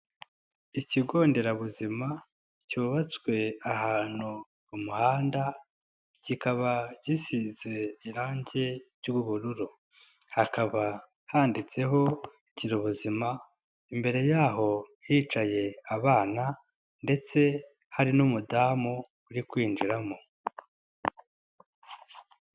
Ikigo nderabuzima cyubatswe ahantu ku muhanda kikaba gisize irangi ry'ubururu, hakaba handitseho Girubuzima, imbere y'aho hicaye abana ndetse hari n'umudamu uri kwinjiramo.